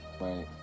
Right